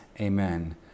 amen